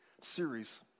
series